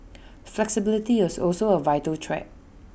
flexibility is also A vital trait